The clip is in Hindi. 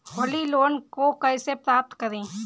होली लोन को कैसे प्राप्त करें?